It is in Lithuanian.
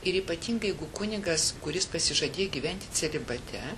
ir ypatingai jeigu kunigas kuris pasižadėjo gyventi celibate